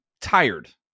tired